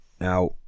Now